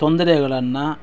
ತೊಂದರೆಗಳನ್ನು